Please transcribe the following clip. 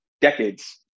decades